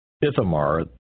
Ithamar